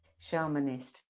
shamanist